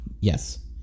Yes